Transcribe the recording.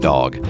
Dog